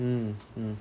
mm mm